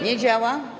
Nie działa?